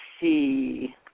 see